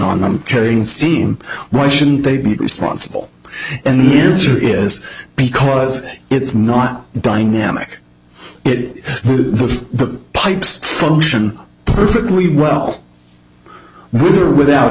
on them carrying steam why shouldn't they be responsible and it is because it's not dynamic it the pipes function perfectly well with or without